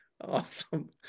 awesome